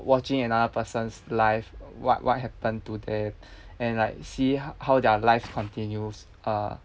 watching another person's life what what happen to them and like see how how their life continues uh